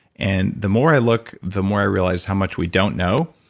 and the more i look, the more i realize how much we don't know.